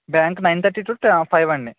bank nine thirty two five అండి